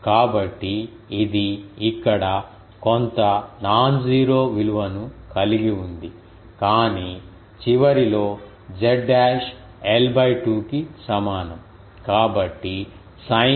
కాబట్టి ఇది ఇక్కడ కొంత నాన్ జీరో విలువను కలిగి ఉంది కానీ చివరిలో z డాష్ l 2 కి సమానం